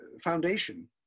foundation